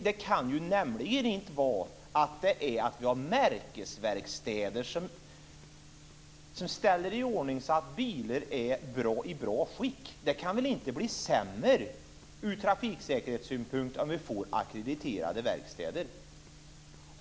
Det kan väl inte vara så att detta beror på att vi har märkesverkstäder som ställer i ordning bilar så att de är i bra skick? Det kan väl inte bli sämre ur trafiksäkerhetssynpunkt om vi får ackrediterade verkstäder?